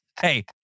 hey